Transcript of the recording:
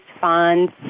funds